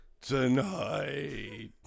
tonight